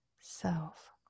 self